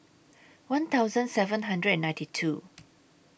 one thousand seven hundred and ninety two